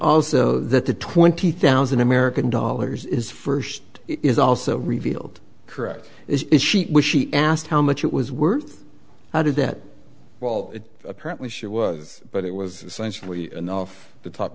also that the twenty thousand american dollars is first is also revealed correct is she was she asked how much it was worth how did that well apparently she was but it was essentially an off the top